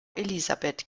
elisabeth